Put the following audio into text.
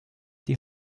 die